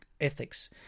ethics